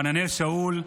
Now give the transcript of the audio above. חננאל שאול,